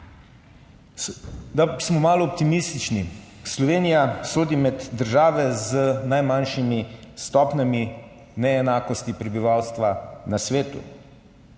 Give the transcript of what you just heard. Da smo malo optimistični: Slovenija sodi med države z najmanjšimi stopnjami neenakosti prebivalstva na svetu,